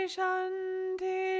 Shanti